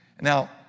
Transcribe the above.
now